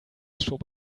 schob